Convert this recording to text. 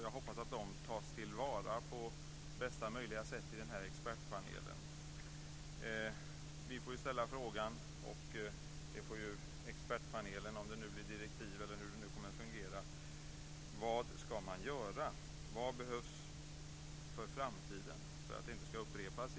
Jag hoppas att de tas till vara på bästa möjliga sätt i expertpanelen. Vi får ställa frågan, och expertpanelen får direktiv, eller hur det kommer att fungera. Vad ska man göra? Vad behövs för framtiden för att detta inte ska upprepas?